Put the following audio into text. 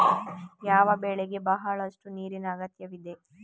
ಯಾವ ಬೆಳೆಗೆ ಬಹಳಷ್ಟು ನೀರಿನ ಅಗತ್ಯವಿದೆ?